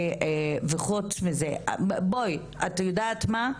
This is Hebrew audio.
חוץ מזה, בואי את יודעת מה?